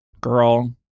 girl